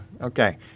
Okay